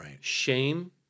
shame